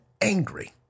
angry